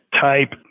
type